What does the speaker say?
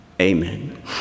Amen